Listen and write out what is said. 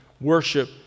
worship